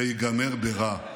זה ייגמר ברע.